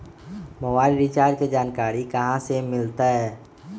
Mobile recharge के जानकारी कहा से मिलतै?